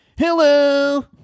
hello